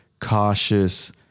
cautious